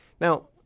Now